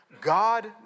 God